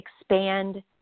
expand